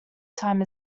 time